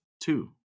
two